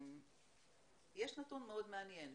יש נתון מאוד מעניין.